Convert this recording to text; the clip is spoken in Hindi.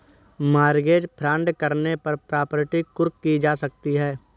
मॉर्गेज फ्रॉड करने पर प्रॉपर्टी कुर्क की जा सकती है